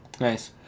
Nice